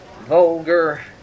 Vulgar